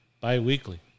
bi-weekly